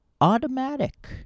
Automatic